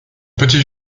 petit